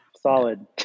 solid